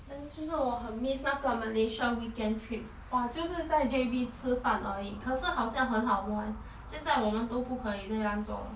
then 就是我很 miss 那个 malaysia weekend trips !wah! 就是在 J_B 吃饭而已可是好像很好玩现在我们都不可以这样做了